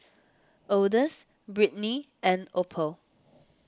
Odus Britny and Opal